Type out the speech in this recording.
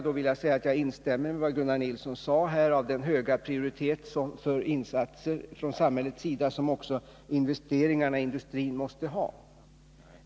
Till sist vill jag instämma i vad Gunnar Nilsson sade om den höga prioritet insatser från samhällets sida måste ha när det gäller investeringarna i industrin.